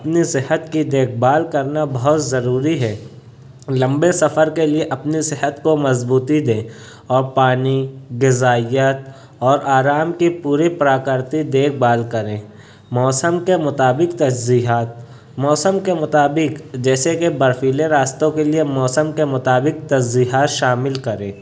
اپنی صحت کی دیکھ بھال کرنا بہت ضروری ہے لمبے سفر کے لیے اپنی صحت کو مضبوطی دیں اور پانی غذائیت اور آرام کی پوری پراکرتی دیکھ بھال کریں موسم کے مطابق تجزیہات موسم کے مطابق جیسے کہ برفیلے راستوں کے لیے موسم کے مطابق تجزیہات شامل کریں